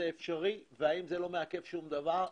אפשרי וזה לא מעכב שום דבר,